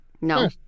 No